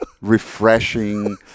refreshing